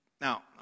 Now